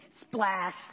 Splash